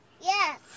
Yes